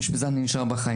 בשביל זה אני נשאר בחיים.